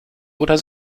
oder